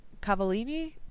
Cavallini